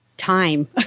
time